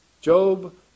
Job